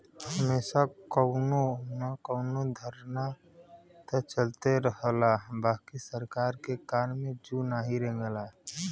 हमेशा कउनो न कउनो धरना त चलते रहला बाकि सरकार के कान में जू नाही रेंगला